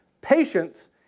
Patience